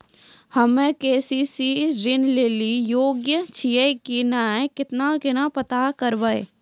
हम्मे के.सी.सी ऋण लेली योग्य छियै की नैय केना पता करबै?